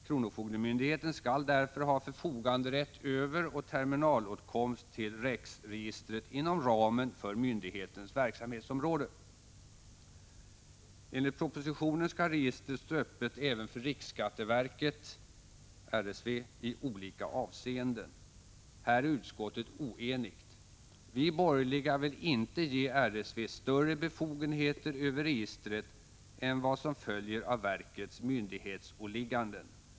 Kronofogdemyndigheten skall därför ha förfoganderätt över och terminalåtkomst till REX-registret inom ramen för myndighetens verksamhetsområde. Enligt propositionen skall registret stå öppet även för riksskatteverket, RSV, i olika avseenden. Här är utskottet oenigt. Vi borgerliga vill inte ge RSV större befogenheter över registret än vad som följer av verkets myndighetsåligganden.